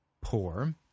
poor